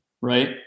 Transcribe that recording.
Right